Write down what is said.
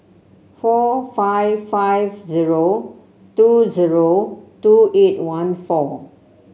four five five zero two zero two eight one four